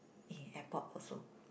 in airport also